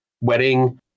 wedding